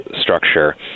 structure